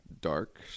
dark